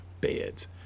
beds